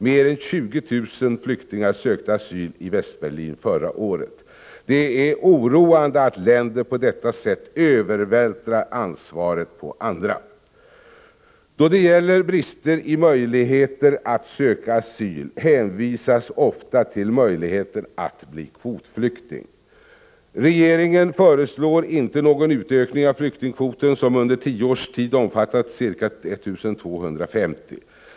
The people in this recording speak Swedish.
Mer än 20 000 flyktingar sökte asyli Västberlin förra året. Det är oroande att länder på detta sätt övervältrar ansvaret på andra. Då det gäller brister i möjligheter att söka asyl hänvisas ofta till möjligheten att bli kvotflykting. Regeringen föreslår inte någon utökning av flyktingkvoten, som under tio års tid omfattat ca 1 250 personer.